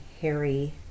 Harry